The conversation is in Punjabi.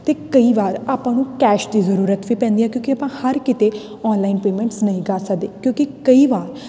ਅਤੇ ਕਈ ਵਾਰ ਆਪਾਂ ਨੂੰ ਕੈਸ਼ ਦੀ ਜ਼ਰੂਰਤ ਵੀ ਪੈਂਦੀ ਹੈ ਕਿਉਂਕਿ ਆਪਾਂ ਹਰ ਕਿਤੇ ਔਨਲਾਈਨ ਪੇਮੈਂਟਸ ਨਹੀਂ ਕਰ ਸਕਦੇ ਕਿਉਂਕਿ ਕਈ ਵਾਰ